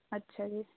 ਅੱਛਾ ਜੀ